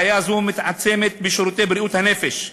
בעיה זו מתעצמת בשירותי בריאות הנפש,